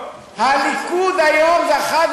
הליכוד היום זכה,